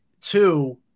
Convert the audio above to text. two